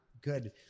good